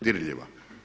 Dirljiva.